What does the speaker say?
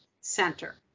center